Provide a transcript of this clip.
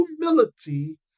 humility